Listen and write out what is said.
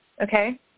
okay